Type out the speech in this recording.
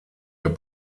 der